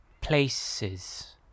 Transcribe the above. places